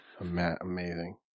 Amazing